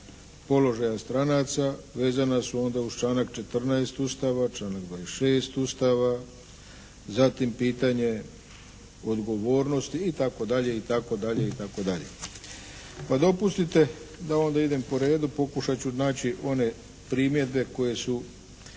položaja stranaca, vezana su onda uz članak 14. Ustava, članak 26. Ustava, zatim pitanje odgovornosti itd., itd., itd. Pa dopustite da onda idem po redu. Pokušat ću naći one primjedbe koje su